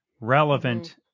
relevant